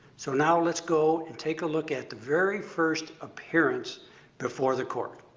so now let's go and take a look at the very first appearance before the court.